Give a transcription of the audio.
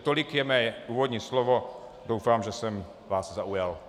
Tolik je mé úvodní slovo, doufám, že jsem vás zaujal.